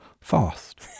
fast